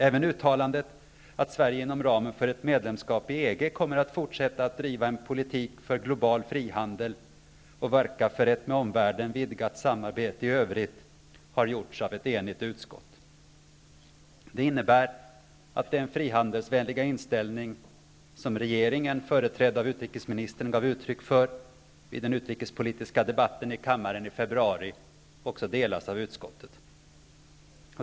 Även uttalandet att Sverige inom ramen för ett medlemskap i EG kommer att fortsätta att driva en politik för global frihandel och verka för ett med omvärlden vidgat samarbete i övrigt, har gjorts av ett enigt utskott. Det innebär att den frihandelsvänliga inställning som regeringen, företrädd av utrikesministern, gav uttryck för vid den utrikespolitiska debatten i kammaren i februari, också delas av utskottet.